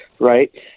right